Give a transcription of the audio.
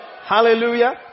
Hallelujah